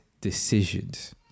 decisions